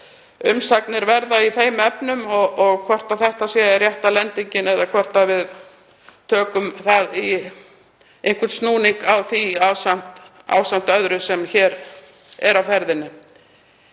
umsagnir verða í þeim efnum og hvort þetta sé rétta lendingin eða hvort við tökum einhvern snúning á því ásamt öðru sem hér er á ferðinni.